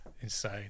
Insane